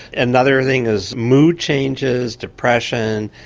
and another thing is mood changes, depression,